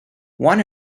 one